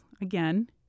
again